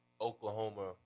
Oklahoma